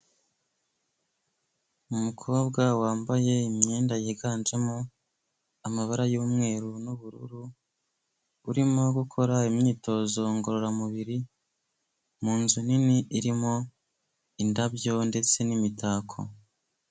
Umukobwa wambaye imyenda yiganjemo amabara y'umweru n'ubururu urimo gukora imyitozo ngororamubiri mu nzu nini irimo indabyo ndetse n'imitako.